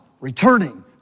returning